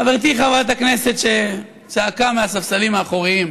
חברתי חברת הכנסת שצעקה מהספסלים האחוריים,